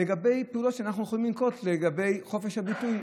לגבי פעולות שאנחנו יכולים לנקוט לגבי חופש הביטוי.